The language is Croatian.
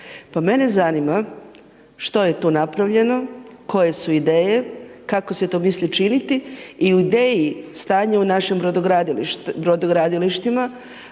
pa mene zanima što je tu napravljeno, koje su ideje, kako se to misli činiti i u ideji stanje u našem brodogradilištima,